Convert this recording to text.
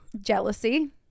jealousy